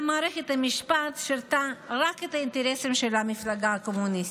גם מערכת המשפט שירתה רק את האינטרסים של המפלגה הקומוניסטית.